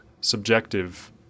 subjective